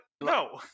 No